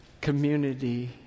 community